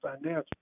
financial